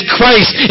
Christ